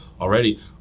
already